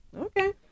Okay